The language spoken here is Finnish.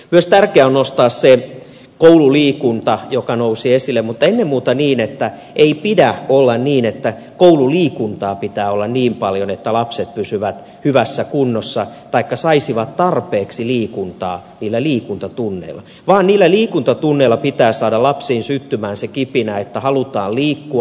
myös tärkeää on nostaa se koululiikunta joka nousi esille mutta ennen muuta niin että ei pidä olla niin että koululiikuntaa pitää olla niin paljon että lapset pysyvät hyvässä kunnossa taikka saisivat tarpeeksi liikuntaa niillä liikuntatunneilla vaan niillä liikuntatunneilla pitää saada lapsiin syttymään se kipinä että halutaan liikkua